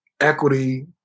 equity